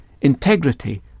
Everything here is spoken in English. integrity